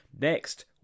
next